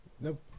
Nope